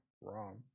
wrong